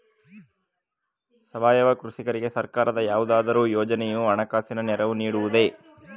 ಸಾವಯವ ಕೃಷಿಕರಿಗೆ ಸರ್ಕಾರದ ಯಾವುದಾದರು ಯೋಜನೆಯು ಹಣಕಾಸಿನ ನೆರವು ನೀಡುವುದೇ?